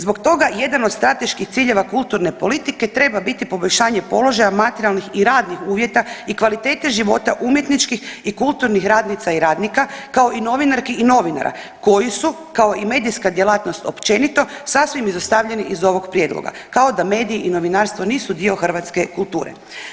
Zbog toga jedan od strateških ciljeva kulturne politike treba biti poboljšanje položaja materijalnih i radnih uvjeta i kvalitete života umjetničkih i kulturnih radnica i radnika, kao i novinarki i novinara koji su kao i medijska djelatnost općenito sasvim izostavljeni iz ovog prijedloga kao da mediji i novinarstvo nisu dio hrvatske kulture.